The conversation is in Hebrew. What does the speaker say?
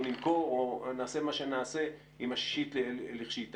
נמכור או נעשה מה שנעשה עם השישית לכשהיא תגיע.